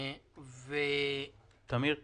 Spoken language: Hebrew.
תראה